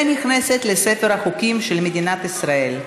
ונכנסת לספר החוקים של מדינת ישראל.